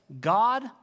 God